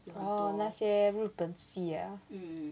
orh 那些日本戏啊